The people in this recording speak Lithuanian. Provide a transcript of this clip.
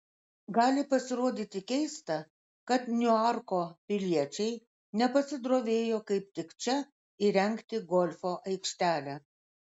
gali pasirodyti keista kad niuarko piliečiai nepasidrovėjo kaip tik čia įrengti golfo aikštelę